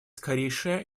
скорейшее